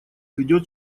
ведет